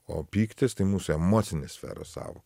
o pyktis tai mūsų emocinės sferos savok